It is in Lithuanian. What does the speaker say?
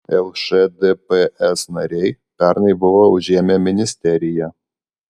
lšdps nariai pernai buvo užėmę ministeriją